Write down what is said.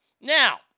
Now